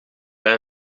bij